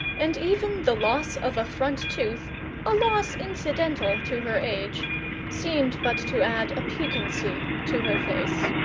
and even the loss of a front tooth a loss incidental to her age seemed but to add a piquancy to her face.